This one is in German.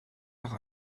noch